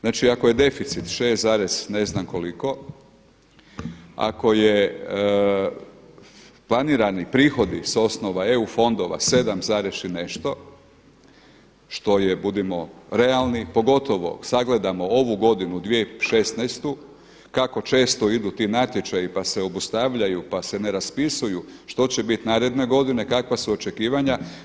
Znači, ako je deficit šest zarez ne znam koliko, ako je planirani prihodi sa osnova EU fondova sedam zarez i nešto što je budimo realni pogotovo sagledamo ovu godinu 2016. kako često idu ti natječaji pa se obustavljaju, pa se ne raspisuju što će biti naredne godine, kakva su očekivanja.